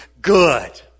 good